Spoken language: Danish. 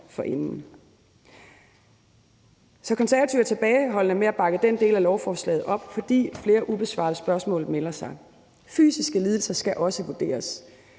Så Konservative er tilbageholdende med at bakke den del af lovforslaget op, fordi flere ubesvarede spørgsmål melder sig. Fysiske lidelser skal også vurderes.